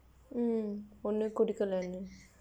ஒன்னும் கொடுக்கல என்று:onnum kodukalla enru